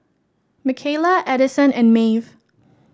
Mikayla Adison and Maeve